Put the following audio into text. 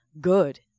good